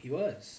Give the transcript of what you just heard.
he was